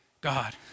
God